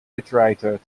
iterator